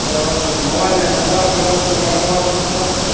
mobile लेना था आपके पास कोई नया मोबाइल लांच हुआ है